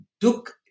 took